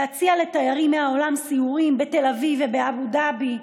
להציע לתיירים מהעולם סיורים בתל אביב ובאבו דאבי,